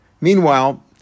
meanwhile